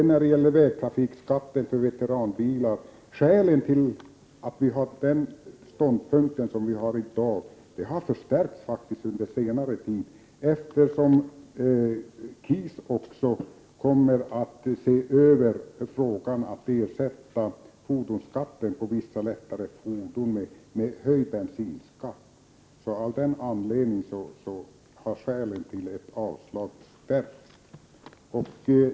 När det gäller vägtrafikskatten för veteranbilar vill jag säga att skälen till vår ståndpunkt har förstärkts under senare tid, eftersom KIS också kommer att se över metoden att ersätta fordonsskatten på vissa lättare fordon med höjd bensinskatt. Av den anledningen har skälen till ett avslag stärkts.